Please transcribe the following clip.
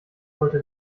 wollte